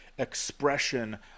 Expression